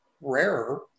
rarer